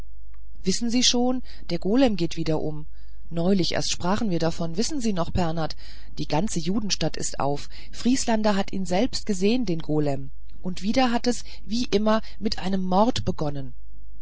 wissen sie schon der golem geht wieder um neulich erst sprachen wir davon wissen sie noch pernath die ganze judenstadt ist auf vrieslander hat ihn selbst gesehen den golem und wieder hat es wie immer mit einem mord begonnen